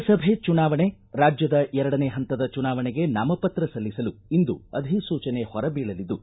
ಲೋಕಸಭೆ ಚುನಾವಣೆ ರಾಜ್ಯದ ಎರಡನೇ ಹಂತದ ಚುನಾವಣೆಗೆ ನಾಮ ಪತ್ರ ಸಲ್ಲಿಸಲು ಇಂದು ಅಧಿಸೂಚನೆ ಹೊರಬೀಳಲಿದ್ದು